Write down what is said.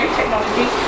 technology